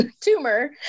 tumor